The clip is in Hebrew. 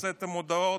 הוצאתם הודעות,